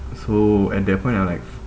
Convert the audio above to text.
so at that point I like